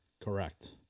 Correct